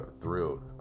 thrilled